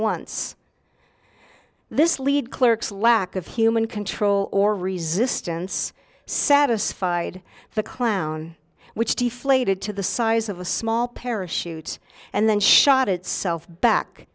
once this lead clerks lack of human control or resistance satisfied the clown which deflated to the size of a small parachute and then shot itself back